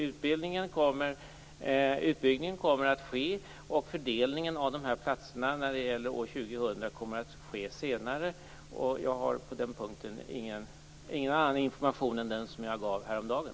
Utbyggnaden kommer att ske, och fördelningen av platserna när det gäller år 2000 kommer att ske senare. Jag har på den punkten ingen annan information än den som jag gav häromdagen.